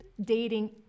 dating